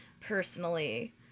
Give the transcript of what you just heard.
Personally